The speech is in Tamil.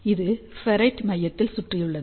இது ஃபெரைட் மையத்தில் சுற்றியுள்ளது